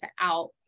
out